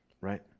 right